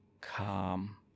calm